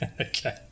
Okay